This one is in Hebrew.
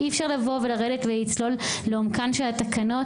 אי אפשר לרדת ולצלול לעומקן של התקנות